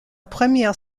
première